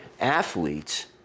athletes